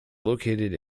located